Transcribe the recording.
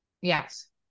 Yes